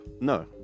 No